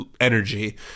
energy